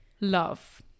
Love